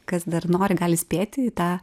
kas dar nori gali spėti į tą